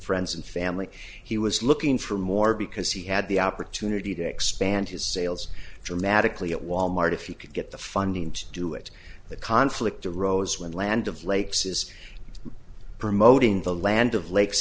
friends and family he was looking for more because he had the opportunity to expand his sales dramatically at wal mart if he could get the funding to do it the conflict arose when land of lakes is promoting the land of lakes